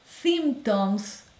symptoms